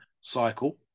cycle